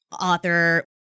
author